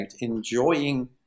enjoying